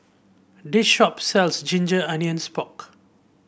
this shop sells Ginger Onions Pork